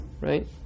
Right